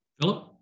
Philip